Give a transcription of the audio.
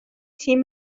تیم